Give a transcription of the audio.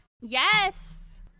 Yes